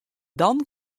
dan